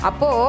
Apo